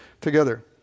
together